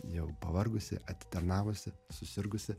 jau pavargusi atitarnavusi susirgusi